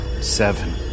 Seven